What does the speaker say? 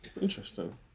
Interesting